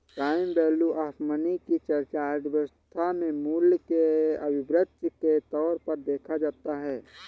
time value of money की चर्चा अर्थव्यवस्था में मूल्य के अभिवृद्धि के तौर पर देखा जाता है